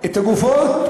את הגופות,